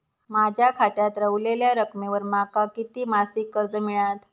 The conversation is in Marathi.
माझ्या खात्यात रव्हलेल्या रकमेवर माका किती मासिक कर्ज मिळात?